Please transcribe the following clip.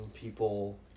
people